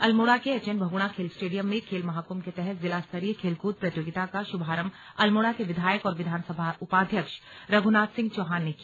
अल्मोड़ा के एचएन बहुगुणा खेल स्टेडियम में खेल महाकुभ के तहत जिला स्तरीय खेलकूद प्रतियोगिता का श्भारंभ अल्मोड़ा के विधायक और विधानसभा उपाध्यक्ष रघ्नाथ सिंह चौहान ने किया